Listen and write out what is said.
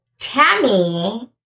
Tammy